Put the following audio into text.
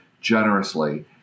generously